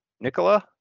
Nicola